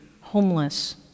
homeless